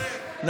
הליכוד פירק.